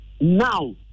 now